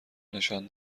نشان